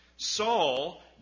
Saul